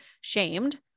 shamed